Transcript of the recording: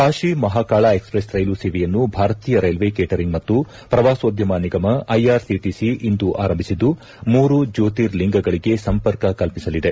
Kashi Mahakal express ರೈಲು ಸೇವೆಯನ್ನು ಭಾರತೀಯ ರೈಲ್ವೆ ಕೇಟರಿಂಗ್ ಮತ್ತು ಪ್ರವಾಸೋದ್ಯಮ ನಿಗಮ ಐಆರ್ಸಿಟಿಸಿ ಇಂದು ಆರಂಭಿಸಿದ್ದು ಮೂರು ಜ್ಯೋತಿರ್ಲಿಂಗಗಳಿಗೆ ಸಂಪರ್ಕ ಕಲ್ಪಿಸಲಿದೆ